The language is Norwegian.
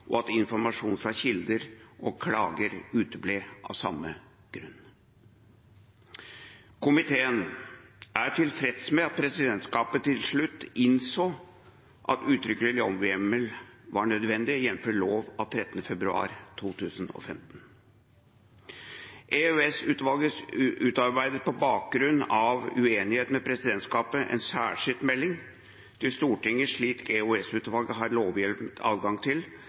og at informasjon fra kilder og klager uteble av samme grunn. Komiteen er tilfreds med at presidentskapet til slutt innså at uttrykkelig lovhjemmel var nødvendig, jf. lov av 13. februar 2015. EOS-utvalget utarbeidet på bakgrunn av uenigheten med presidentskapet en særskilt melding til Stortinget, slik EOS-utvalget har lovhjemlet adgang til